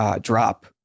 drop